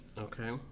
Okay